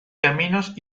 caminos